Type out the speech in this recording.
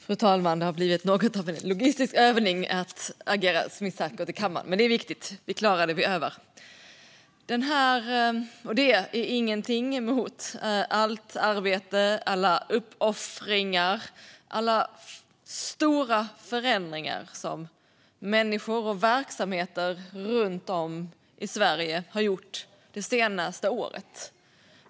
Fru talman! Det har blivit något av en logistisk övning att agera smittsäkert i kammaren. Men det är viktigt. Vi klarar det vi övar. Det är ingenting mot allt arbete, alla uppoffringar och alla stora förändringar som människor och verksamheter runt om i Sverige har gjort det senaste året.